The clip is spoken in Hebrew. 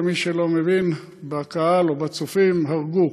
למי שלא מבין בקהל או בצופים: הרגו,